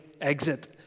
EXIT